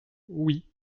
oui